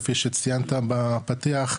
כפי שציינת בפתיח,